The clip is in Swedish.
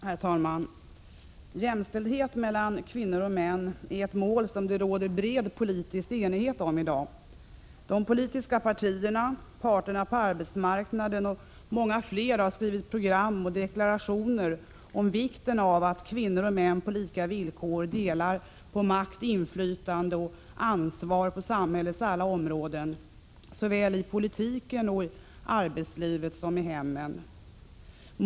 Herr talman! Jämställdhet mellan kvinnor och män är ett mål som det råder bred politisk enighet om i dag. De politiska partierna, parterna på arbetsmarknaden och många fler har skrivit program och deklarationer om vikten av att kvinnor och män på lika villkor delar makt, inflytande och ansvar på samhällets alla områden — såväl i politiken och i arbetslivet som i hemmen.